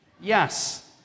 Yes